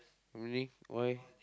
how many why